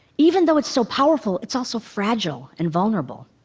even though it's so powerful, it's also fragile and vulnerable.